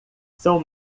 são